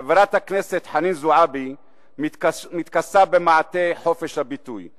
חברת הכנסת חנין זועבי מתכסה במעטה חופש הביטוי.